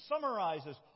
summarizes